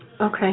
Okay